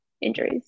injuries